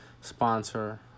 sponsor